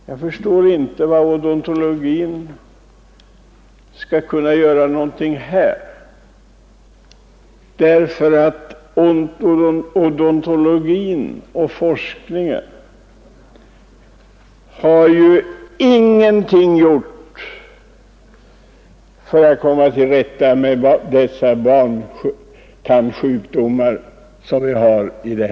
Jag förstår inte vad odontologin skall kunna göra här. Den odontologiska forskningen har ju ingenting gjort för att komma till rätta med de barntandsjukdomar vi har i landet.